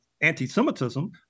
anti-semitism